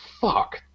fuck